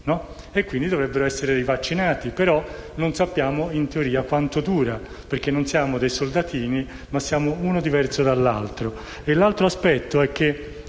cento; dovrebbero essere rivaccinati, però non sappiamo quanto dura la copertura perché non siamo dei soldatini, ma siamo uno diverso dall'altro.